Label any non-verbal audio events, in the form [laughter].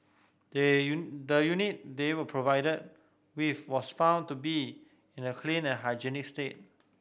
they [unintelligible] the unit they were provided with was found to be in a clean and hygienic state